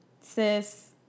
sis